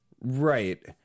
Right